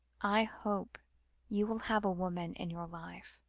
i hope you will have a woman in your life,